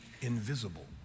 invisible